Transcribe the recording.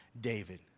David